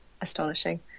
astonishing